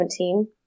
2017